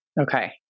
Okay